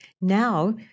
Now